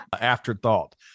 afterthought